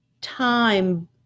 time